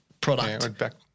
product